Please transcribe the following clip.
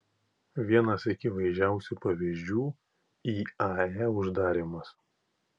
vienas akivaizdžiausių pavyzdžių iae uždarymas